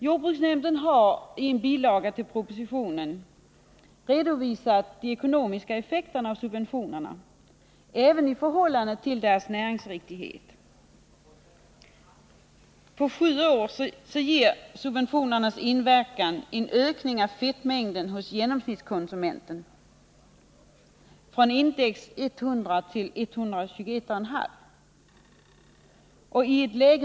Jordbruksnämnden har i en bilaga till propositionen redovisat de ekonomiska effekterna av subventionerna och även effekterna i fråga om produkternas näringsriktighet. Subventionernas inverkan har bl.a. visat sig i en ökning av fettmängden i genomsnittskonsumentens föda under en period av sju år från index 100 till 121,5.